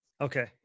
Okay